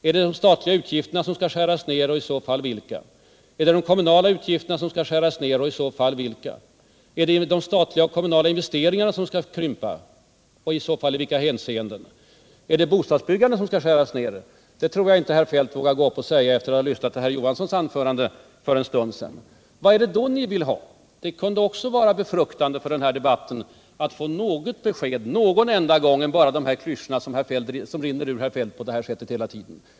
Är det de statliga utgifterna som skall skäras ner, och i så fall vilka? Är det de kommunala utgifterna som skall skäras ner, och i så fall vilka? Är det de statliga och kommunala investeringarna som skall krympa, och i så fall i vilka hänseenden? Är det bostadsbyg = Nr 41 gandet som skall skäras ner? Det tror jag inte herr Feldt vågar gå upp och säga efter att ha lyssnat till Knut Johanssons anförande för en stund sedan. Vad är det då ni vill ha? Det kunde också vara befruktande för den = Den ekonomiska här debatten att få något annat besked någon enda gång än bara de här = politiken m.m. klyschorna som rinner ur herr Feldt hela tiden.